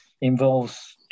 involves